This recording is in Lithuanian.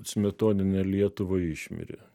smetoninę lietuvą išmirė